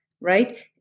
right